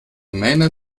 mähne